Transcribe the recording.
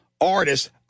artists